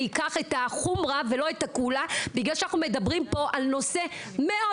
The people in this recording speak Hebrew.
אני אקח את החומרא ולא את הקולא כי אנחנו מדברים על נושא מאוד